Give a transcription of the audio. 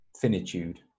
finitude